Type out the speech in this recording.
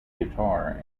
guitar